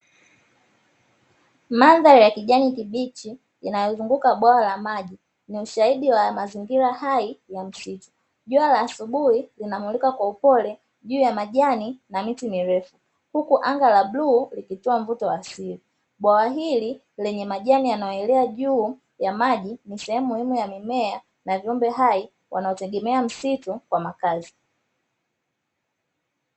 Madhari ya kijani kibichi inayozunguka bwawa la maji ni ushahidi wa mazingira hai ya msitu. Jua la asubuhi linamulika kwa upole juu ya majani na miti mirefu huku anga la bluu likitoa mvuto wa asili. Bwawa hili lenye majani yanayoelea juu ya maji ni sehemu muhimu ya mimea na viumbe hai wanaotegemea msitu kwa makazi.